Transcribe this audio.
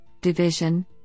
division